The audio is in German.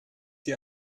die